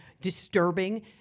disturbing